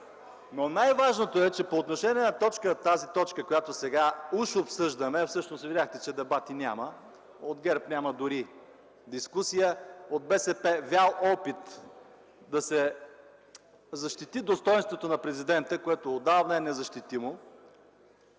Но най-важното е, че по отношение на тази точка, която сега уж обсъждаме, а видяхте, че дебати няма – от ГЕРБ няма дори дискусия, от БСП вял опит да се защити достойнството на президента, което отдавна е незащитимо,